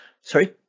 Sorry